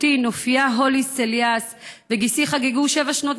אחותי נופיה הולי-סיילס וגיסי חגגו שבע שנות